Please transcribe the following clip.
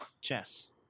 chess